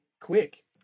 quick